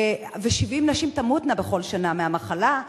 ו-70 נשים תמותנה בכל שנה מהמחלה,